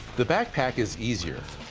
the backpack is easier,